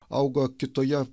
augo kitoje